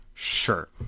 Sure